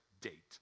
date